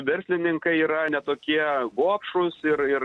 verslininkai yra ne tokie gobšūs ir ir